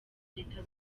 leta